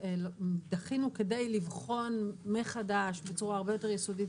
דחינו כדי לבחון מחדש בצורה הרבה יותר יסודית